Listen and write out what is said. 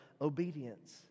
obedience